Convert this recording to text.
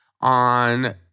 on